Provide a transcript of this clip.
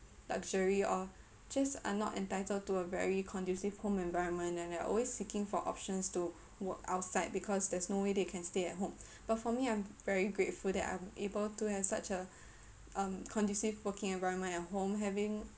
luxury or just are not entitled to a very conducive home environment and they are always seeking for options to work outside because there's no way they can stay at home but for me I'm very grateful that I'm able to have such a um conducive working environment at home having